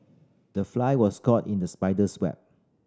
the fly was caught in the spider's web